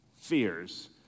fears